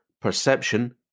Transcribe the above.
perception